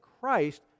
Christ